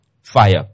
fire